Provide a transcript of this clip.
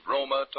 Roma